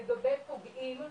לגבי פוגעים,